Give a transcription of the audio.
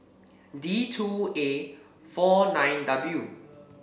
D two A four nine W